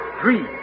three